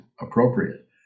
appropriate